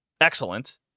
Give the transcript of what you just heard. excellent